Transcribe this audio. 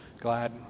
glad